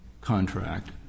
contract